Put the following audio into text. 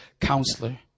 counselor